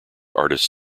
artist